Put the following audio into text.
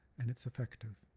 and it's effective.